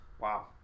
Wow